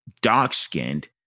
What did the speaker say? dark-skinned